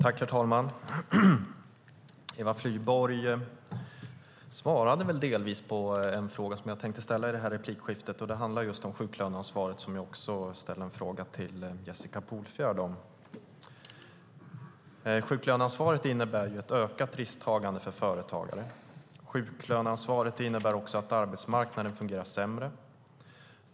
Herr talman! Eva Flyborg svarade delvis på en fråga som jag tänkte ställa i detta replikskifte. Det handlar just om sjuklöneansvaret, som jag också ställde en fråga till Jessica Polfjärd om. Sjuklöneansvaret innebär ett ökat risktagande för företagare. Sjuklöneansvaret innebär också att arbetsmarknaden fungerar sämre.